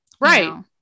Right